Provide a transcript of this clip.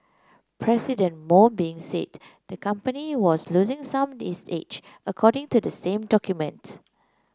President Mo Bin said the company was losing some its edge according to the same document